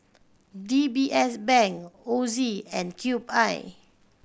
D B S Bank Ozi and Cube I